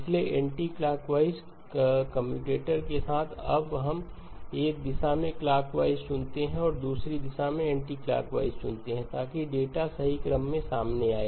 इसलिए anti clockwise commutator के साथ अब हम एक दिशा में क्लॉकवाइज़ चुनते हैं और दूसरी दिशा में एंटी क्लॉकवाइज़ चुनते हैं ताकि डेटा सही क्रम में सामने आए